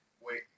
wait